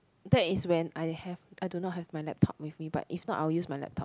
that is when I have I do not have my laptop with me but if not I will use my laptop